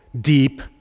deep